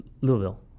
Louisville